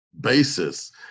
basis